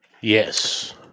Yes